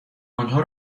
آنها